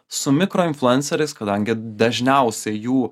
su mikro influenceriais kadangi dažniausiai jų